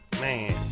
Man